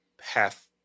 half